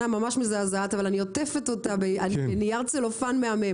ממש מזעזעת אבל אני עוטפת אותה בנייר צלופן מהמם.